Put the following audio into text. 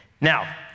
Now